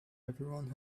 everyone